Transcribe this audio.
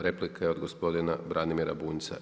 Replika je od gospodina Branimira Bunjca.